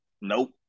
Nope